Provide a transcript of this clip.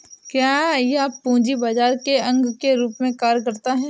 क्या यह पूंजी बाजार के अंग के रूप में कार्य करता है?